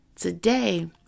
today